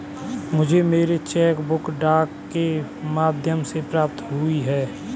मुझे मेरी cheque book डाक के माध्यम से प्राप्त हुई है